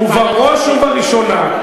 ובראש ובראשונה,